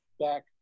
back